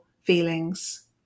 feelings